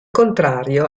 contrario